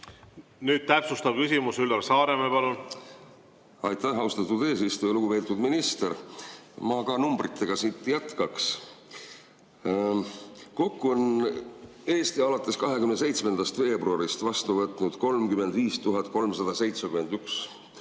Nüüd täpsustav küsimus, Üllar Saaremäe, palun! Aitäh, austatud eesistuja! Lugupeetud minister! Ma ka numbritega siit jätkaks. Kokku on Eesti alates 27. veebruarist vastu võtnud 35 371